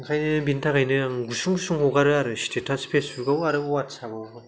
ओंखायनो बिनि थाखायनो आं गुसुं गुसुं हगारो आरो स्टेटास फेस्बुकआवबो अवाटसएप आवबो